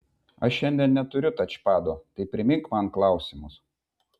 aš šiandien neturiu tačpado tai primink man klausimus